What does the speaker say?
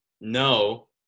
no